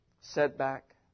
setback